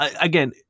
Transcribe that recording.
again